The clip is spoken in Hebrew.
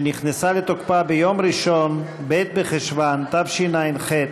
שנכנסה לתוקפה ביום ראשון, ב' בחשוון התשע"ח,